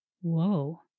Whoa